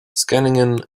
scanning